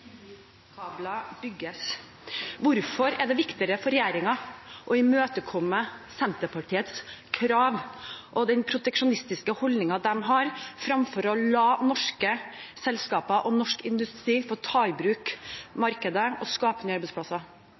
hybridkabler bygges. Hvorfor er det viktigere for regjeringen å imøtekomme Senterpartiets krav og den proteksjonistiske holdningen de har, fremfor å la norske selskaper og norsk industri få ta i bruk markedet og skape nye